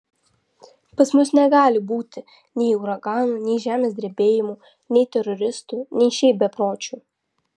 pas mus negali būti nei uraganų nei žemės drebėjimų nei teroristų nei šiaip bepročių